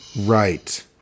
right